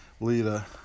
Lita